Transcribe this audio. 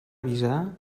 avisar